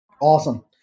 Awesome